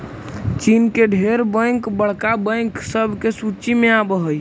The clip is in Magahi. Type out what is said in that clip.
चीन के ढेर बैंक बड़का बैंक सब के सूची में आब हई